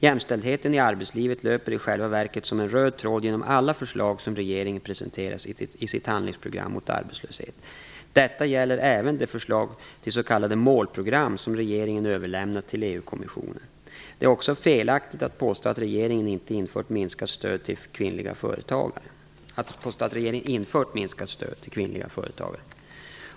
Jämställdheten i arbetslivet löper i själva verket som en röd tråd genom alla förslag som regeringen presenterat i sitt handlingsprogram mot arbetslöshet. Detta gäller även de förslag till s.k. målprogram som regeringen överlämnat till EU-kommissionen. Det är också felaktigt att påstå att regeringen infört minskat stöd till kvinnliga företagare.